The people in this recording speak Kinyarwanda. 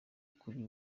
kuri